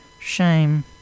Shame